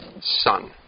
son